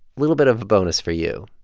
little bit of a bonus for you.